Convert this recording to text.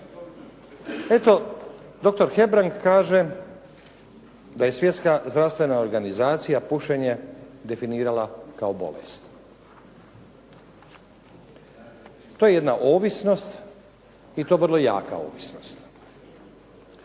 Eto, doktor Hebrang kaže da je Svjetska zdravstvena organizacija pušenje definirala kao bolest. To je jedna ovisnost i to vrlo jaka ovisnost.